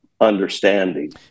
understanding